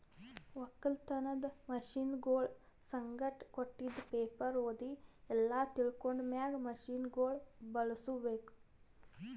ಒಕ್ಕಲತನದ್ ಮಷೀನಗೊಳ್ ಸಂಗಟ್ ಕೊಟ್ಟಿದ್ ಪೇಪರ್ ಓದಿ ಎಲ್ಲಾ ತಿಳ್ಕೊಂಡ ಮ್ಯಾಗ್ ಮಷೀನಗೊಳ್ ಬಳುಸ್ ಬೇಕು